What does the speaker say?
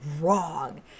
wrong